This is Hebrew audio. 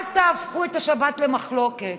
אל תהפכו את השבת למחלוקת.